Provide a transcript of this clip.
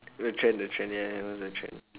the trend the trend ya ya it was the trend